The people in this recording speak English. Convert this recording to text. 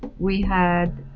we had